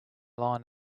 line